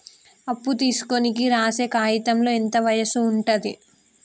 అప్పు తీసుకోనికి రాసే కాయితంలో ఎంత వయసు ఉంటది?